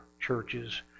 churches